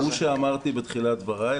הוא שאמרתי בתחילת דבריי,